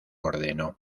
ordenó